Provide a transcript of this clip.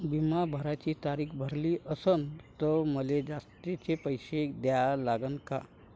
बिमा भराची तारीख भरली असनं त मले जास्तचे पैसे द्या लागन का?